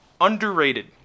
Underrated